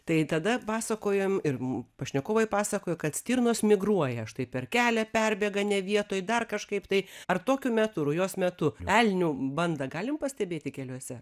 tai tada pasakojom ir m pašnekovai pasakojo kad stirnos migruoja štai per kelią perbėga ne vietoj dar kažkaip tai ar tokiu metu rujos metu elnių bandą galim pastebėti keliuose